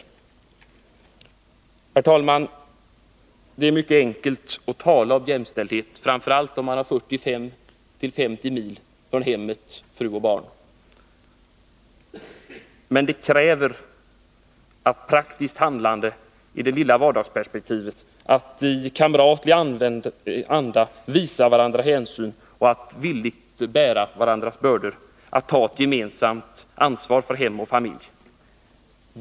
Herr talman! Det är mycket enkelt att tala om jämställdhet — framför allt om man har 45-50 mil till hemmet och fru och barn. Men det kräver ett praktiskt handlande i det lilla vardagliga perspektivet, att i kamratlig anda visa varandra hänsyn och att villigt bära varandras bördor och ta ett gemensamt ansvar för hem och familj.